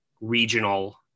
regional